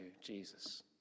Jesus